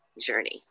journey